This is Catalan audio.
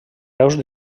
peus